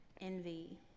envy